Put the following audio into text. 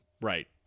right